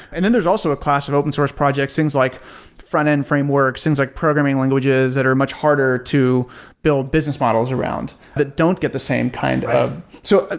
and then there's also a class of open source projects, things like frontend frameworks, things like programming languages that are much harder to build business models around that don't get the same kind of so,